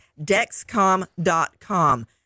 Dexcom.com